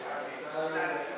אצא להפסקה אם השר לא יגיע.